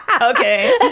Okay